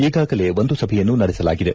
ಈಗಾಗಲೇ ಒಂದು ಸಭೆಯನ್ನು ನಡೆಸಲಾಗಿದೆ